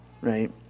right